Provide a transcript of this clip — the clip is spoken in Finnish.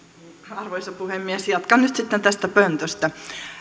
arvoisa puhemies jatkan nyt sitten tästä pöntöstä